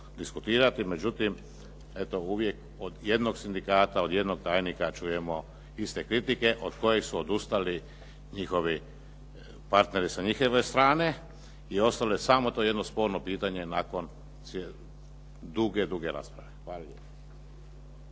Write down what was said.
međutim eto, uvijek od jednog sindikata, od jednog tajnika čujemo iste kritike od kojih su odustali njihovi partneri sa njihove strane i ostalo je samo to jedno sporno pitanje nakon duge, duge rasprave. Hvala